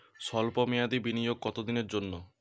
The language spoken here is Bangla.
সল্প মেয়াদি বিনিয়োগ কত দিনের জন্য?